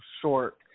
short